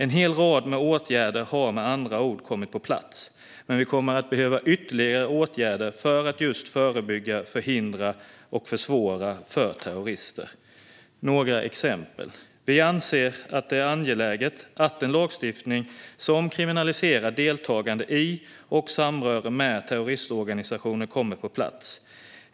En hel rad åtgärder har med andra ord kommit på plats, men vi kommer att behöva ytterligare åtgärder för att just förebygga, förhindra och försvåra för terrorister. Jag ska ta några exempel. Vi anser att det är angeläget att en lagstiftning som kriminaliserar deltagande i och samröre med terroristorganisationer kommer på plats.